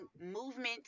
movement